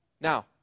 Now